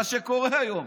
מה שקורה היום.